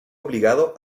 obligado